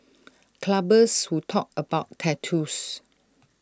clubbers who talk about tattoos